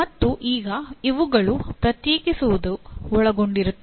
ಮತ್ತು ಈಗ ಇವುಗಳು ಪ್ರತ್ಯೇಕಿಸುವುದನ್ನು ಒಳಗೊಂಡಿರುತ್ತದೆ